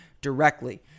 directly